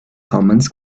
commands